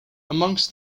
amongst